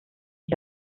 ich